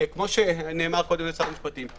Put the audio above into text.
כפי שאמר שר המשפטים,